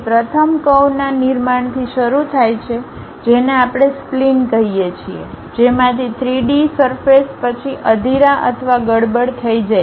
તેથી પ્રથમ કરવના નિર્માણથી શરૂ થાય છે જેને આપણે સ્પ્લિન કહીએ છીએ જેમાંથી 3 ડી સરફેસ પછી અધીરા અથવા ગડબડ થઈ જાય છે